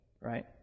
right